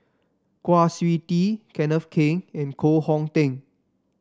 Kwa Siew Tee Kenneth Keng and Koh Hong Teng